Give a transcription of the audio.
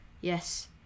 Yes